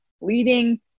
leading